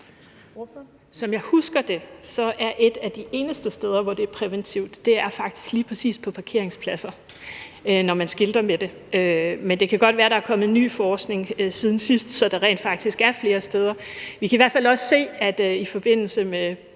Som jeg husker det, er et af de eneste steder, hvor det er præventivt, faktisk lige præcis på parkeringspladser, når man skilter med det. Men det kan godt være, at der er kommet ny forskning siden sidst, så der rent faktisk er flere steder. Vi kan i hvert fald også se, at i forbindelse med bombningen